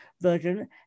version